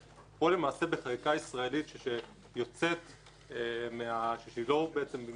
פה בחקיקה ישראלית שיוצאת, מקבילה